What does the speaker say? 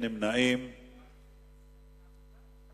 נמנעים, אין.